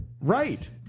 Right